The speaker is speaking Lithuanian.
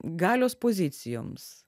galios pozicijoms